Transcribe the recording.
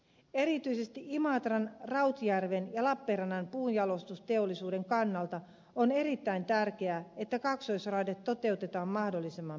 erityisesti imatran rautjärven ja lappeenrannan puunjalostusteollisuuden kannalta on erittäin tärkeää että kaksoisraide toteutetaan mahdollisimman pian